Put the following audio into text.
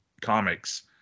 comics